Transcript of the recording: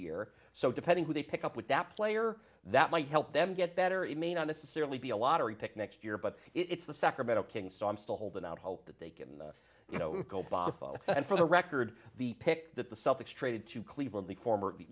year so depending who they pick up with that player that might help them get better it may not necessarily be a lottery pick next year but it's the sacramento kings so i'm still holding out hope that they can you know go botho and for the record the pick that the celtics traded to cleveland the former